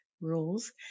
rules